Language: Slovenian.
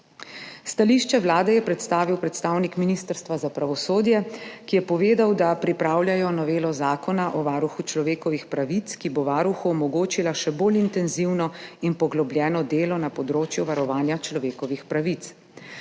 Stališče Vlade je predstavil predstavnik Ministrstva za pravosodje, ki je povedal, da pripravljajo novelo Zakona o varuhu človekovih pravic, ki bo varuhu omogočila še bolj intenzivno in poglobljeno delo na področju varovanja človekovih pravic.